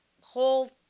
whole